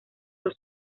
por